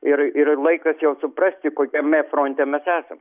ir ir laikas jau suprasti kokiame fronte mes esam